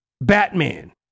Batman